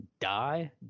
die